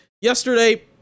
Yesterday